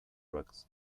rugs